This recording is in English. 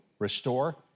Restore